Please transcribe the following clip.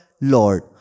Lord